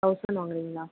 thousand வாங்குறீங்ளா